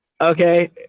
Okay